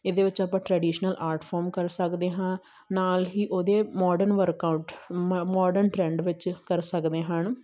ਇਹਦੇ ਵਿੱਚ ਆਪਾਂ ਟ੍ਰਡੀਸ਼ਨਲ ਆਰਟ ਫੋਰਮ ਕਰ ਸਕਦੇ ਹਾਂ ਨਾਲ ਹੀ ਉਹਦੇ ਮੋਰਡਨ ਵਰਕਆਊਟ ਮ ਮੋਰਡਨ ਟਰੈਂਡ ਵਿੱਚ ਕਰ ਸਕਦੇ ਹਨ